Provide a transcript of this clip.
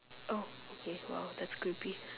oh okay !wow! that's creepy